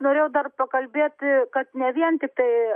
norėjau dar pakalbėti kad ne vien tiktai